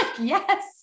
yes